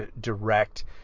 direct